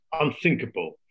unthinkable